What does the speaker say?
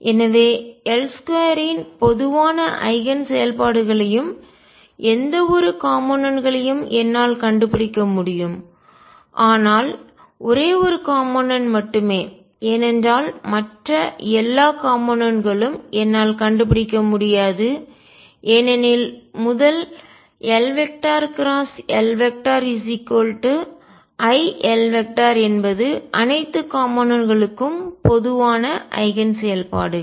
எனவே L2 இன் பொதுவான ஐகன் செயல்பாடுகளையும் எந்தவொரு காம்போனென்ட் களையும் என்னால் கண்டுபிடிக்க முடியும் ஆனால் ஒரே ஒரு காம்போனென்ட் மட்டுமே ஏனென்றால் மற்ற எல்லா காம்போனென்ட் களும் என்னால் கண்டுபிடிக்க முடியாது ஏனெனில் முதல் LLiL என்பது அனைத்து காம்போனென்ட் களுக்கும் பொதுவான ஐகன் செயல்பாடுகள்